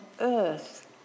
earth